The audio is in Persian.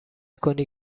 کنی